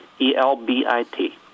E-L-B-I-T